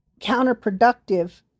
counterproductive